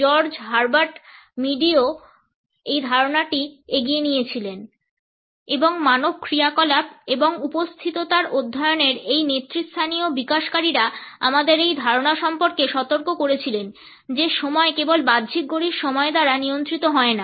George Herbert মিডও এই ধারণাটি এগিয়ে নিয়েছিলেন এবং মানব ক্রিয়াকলাপ এবং উপস্থিততার অধ্যয়নের এই নেতৃস্থানীয় বিকাশকারীরা আমাদের এই ধারণা সম্পর্কে সতর্ক করেছিলেন যে সময় কেবল বাহ্যিক ঘড়ির সময় দ্বারা নিয়ন্ত্রিত হয় না